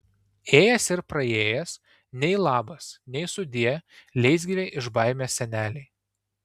ėjęs ir praėjęs nei labas nei sudie leisgyvei iš baimės senelei